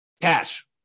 Cash